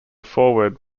foreword